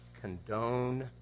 condone